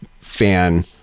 fan